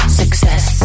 success